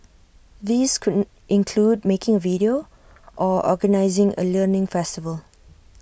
these couldn't include making A video or organising A learning festival